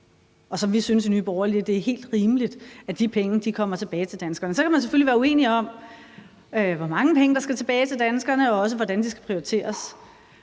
og som vi i Nye Borgerlige synes er helt rimeligt kommer tilbage til danskerne. Så kan man selvfølgelig være uenig i, hvor mange penge der skal tilbage til danskerne, og også, hvordan de skal prioriteres.